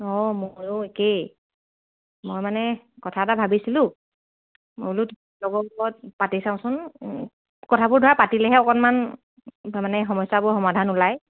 অঁ ময়ো একেই মই মানে কথা এটা ভাবিছিলোঁ মই বোলো লগৰ লগত পাতি চাওঁচোন কথাবোৰ ধৰা পাতিলেহে অকণমান তাৰ মানে সমস্যাবোৰ সমাধান ওলায়